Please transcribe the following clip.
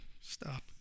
stop